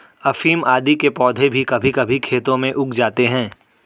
अफीम आदि के पौधे भी कभी कभी खेतों में उग जाते हैं